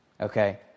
Okay